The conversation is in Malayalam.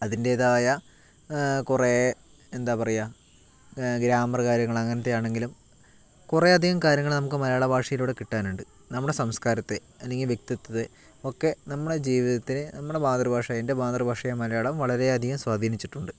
അതിൻ്റെതായ കുറെ എന്താ പറയുക ഗ്രാമർ കാര്യങ്ങള് അങ്ങനത്തെയാണെങ്കിലും കുറെയധികം കാര്യങ്ങള് നമുക്ക് മലയാള ഭാഷയിലൂടെ കിട്ടാനുണ്ട് നമ്മുടെ സംസ്കാരത്തെ അല്ലെങ്കിൽ വ്യക്ത്തിത്ത്വത്തെ ഒക്കെ നമ്മുടെ ജീവിതത്തിലെ നമ്മുടെ മാതൃ ഭാഷ എൻ്റെ മാതൃ ഭാഷയായ മലയാളം വളരെയധികം സ്വാതീനിച്ചിട്ടുണ്ട്